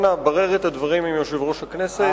אנא ברר את הדברים עם יושב-ראש הכנסת.